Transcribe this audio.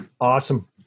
Awesome